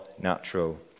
natural